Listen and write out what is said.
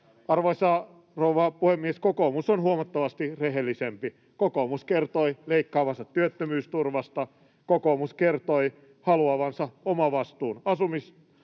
Arvoisa rouva puhemies! Kokoomus on huomattavasti rehellisempi. Kokoomus kertoi leikkaavansa työttömyysturvasta. Kokoomus kertoi haluavansa toimeentulotukeen